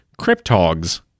cryptogs